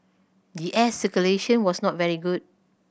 the air circulation was not very good